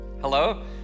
Hello